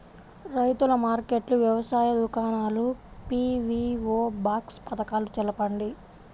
రైతుల మార్కెట్లు, వ్యవసాయ దుకాణాలు, పీ.వీ.ఓ బాక్స్ పథకాలు తెలుపండి?